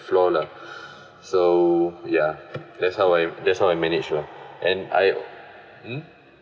flaw lah so ya that's how I that's how I manage lah and I mm